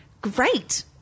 great